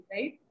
right